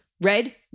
Red